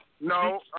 No